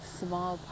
small